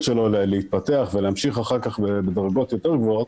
שלו להתפתח ולהמשיך אחר כך בדרגות יותר גבוהות